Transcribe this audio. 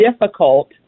difficult